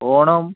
Onam